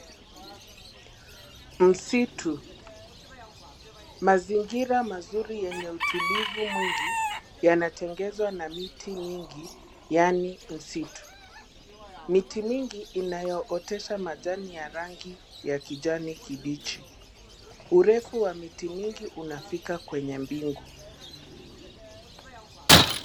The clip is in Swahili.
Msitu, mazingira mazuri yenye utulivu mwingi yanatengezwa na miti mingi yaani msitu. Miti mingi inayooteza majani yenye rangi ya kijani kibichi. Urefu wa miti mingi unafika kwenye mbingu.